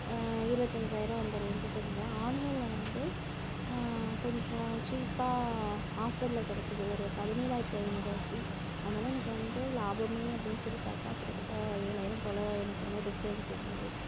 இருபத்தஞ்சாயிரம் அந்த ரேஞ்சுக்கு இருந்தது ஆன்லைனில் வந்து கொஞ்சம் சீப்பாக ஆஃபரில் கிடச்சிது ஒரு பதினேழாயிரத்தி ஐந்நூறுபாய்க்கு அதனால எனக்கு வந்து லாபமே அப்படின்னு சொல்லி பார்த்தா கிட்டத்தட்ட ஏழாயிரம் போல் எனக்கு வந்து டிஃபரென்ஸ் இருந்தது